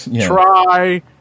try